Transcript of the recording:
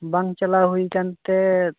ᱵᱟᱝ ᱪᱟᱞᱟᱣ ᱦᱩᱭ ᱟᱠᱟᱱᱛᱮ